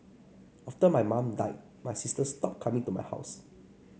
after my mum died my sister stopped coming to my house